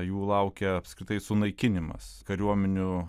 jų laukia apskritai sunaikinimas kariuomenių